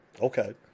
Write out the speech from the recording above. Okay